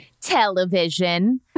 television